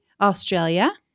Australia